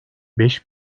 beş